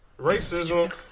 Racism